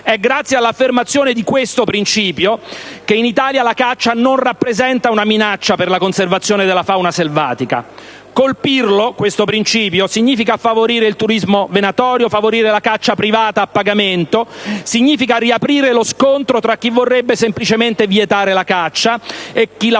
È grazie all'affermazione di tale principio che in Italia la caccia non rappresenta una minaccia per la conservazione della fauna selvatica. Colpire questo principio significa favorire il turismo venatorio e la caccia privata a pagamento; significa riaprire lo scontro tra chi vorrebbe semplicemente vietare la caccia e chi la vorrebbe